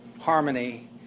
harmony